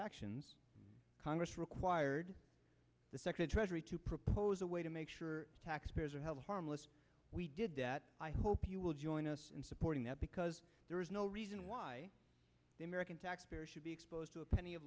actions congress required the second treasury to propose a way to make sure taxpayers are held harmless we did that i hope you will join us in supporting that because there is no reason why the american taxpayer should be exposed to a penny of